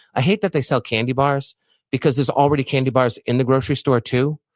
i hate that they sell candy bars because there's already candy bars in the grocery store, too.